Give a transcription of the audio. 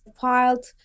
filed